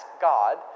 God